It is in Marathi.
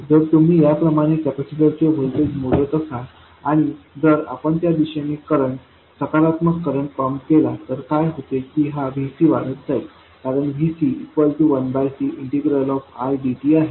जर तुम्ही याप्रमाणे कॅपेसिटरचे व्होल्टेज मोजत असाल आणि जर आपण त्या दिशेने करंट सकारात्मक करंट पंप केला तर काय होते की हा VC वाढत जाईल कारण VC1CI dt आहे